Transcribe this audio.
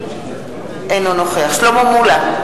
אינו נוכח שלמה מולה,